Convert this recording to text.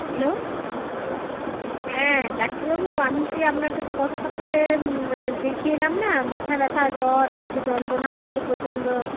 hello হ্যাঁ ডাক্তারবাবু আমি সেই আপনার কাছে গত সপ্তাহে দেখিয়ে এলাম না মাথা ব্যথা জ্বর পেটে যন্ত্রণা হচ্ছিল প্রচণ্ড